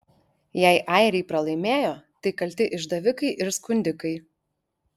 jei airiai pralaimėjo tai kalti išdavikai ir skundikai